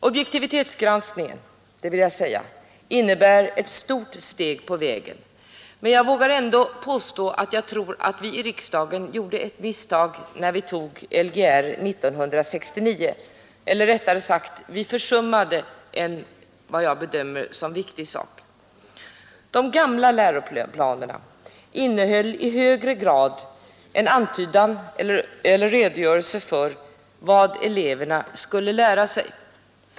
Objektivitetsgranskningen innebär ett stort steg på vägen, men jag vågar påstå att vi i riksdagen gjorde ett misstag när vi tog Lgr 69, eller rättare sagt vi försummade en som jag bedömer viktig sak. De gamla läroplanerna innehöll i högre grad en antydan eller redogörelse för vad eleverna skulle lära sig.